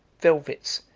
velvets,